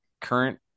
current